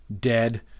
dead